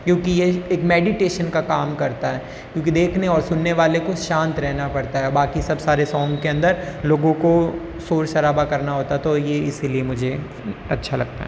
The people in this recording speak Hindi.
क्योंकि ये एक मेडिटेशन का काम करता है क्योंकि देखने और सुनने वाले को शांत रहना पड़ता है बाक़ी सब सारे सोंग के अंदर लोगों को शोर शराबा करना होता है तो ये इसलिए मुझे अच्छा लगता है